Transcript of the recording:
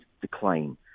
decline